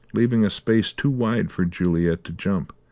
leaving a space too wide for juliet to jump.